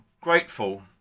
grateful